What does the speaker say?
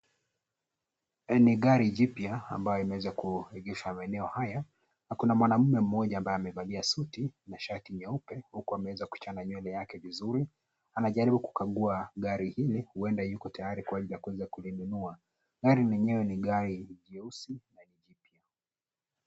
Ni gari jipya ambayo imeweza kuegeshwa maeneo haya na kuna mwamume mmoja ambaye amevalia suti na shati nyeupe huku ameweza kuchana nywele yake vizuri, anajaribu kukagua gari hili huenda yuko tayari kuweza kulinunua. Gari lenyewe ni gari jeusi.